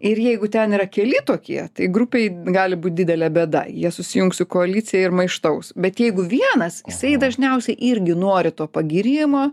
ir jeigu ten yra keli tokie tai grupėj gali būt didelė bėda jie susijungs su koalicija ir maištaus bet jeigu vienas jisai dažniausiai irgi nori to pagyrimo